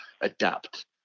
Adapt